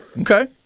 Okay